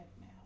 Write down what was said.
now